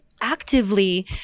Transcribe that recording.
actively